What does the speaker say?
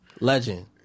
legend